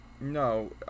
No